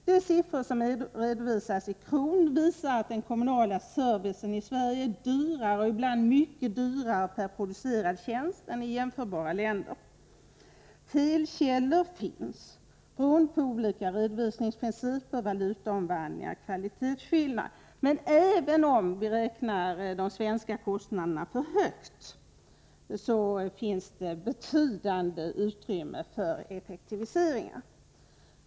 De siffror som redovisas i KRON visar att den kommunala servicen i Sverige är dyrare och ibland mycket dyrare per producerad tjänst än i jämförbara länder. Felkällor finns beroende på olika redovisningsprinciper, valutaomvandlingar, kvalitetsskillnader osv. Men även om vi räknar de svenska kostnaderna för högt, finns det betydande utrymme för effektiviseringar.